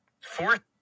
Fourth